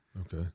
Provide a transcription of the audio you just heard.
Okay